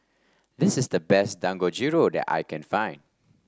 this is the best Dangojiru that I can find